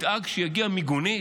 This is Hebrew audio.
ידאג שתגיע מיגונית?